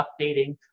updating